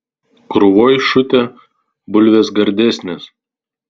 krūvoj šutę bulvės gardesnės